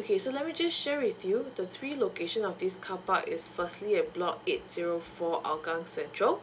okay so let me just share with you the three location of this carpark is firstly at block eight zero four hougang central